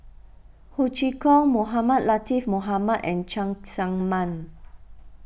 Ho Chee Kong Mohamed Latiff Mohamed and Cheng Tsang Man